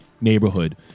neighborhood